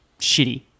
shitty